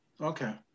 Okay